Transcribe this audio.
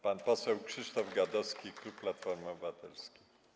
Pan poseł Krzysztof Gadowski, klub Platformy Obywatelskiej.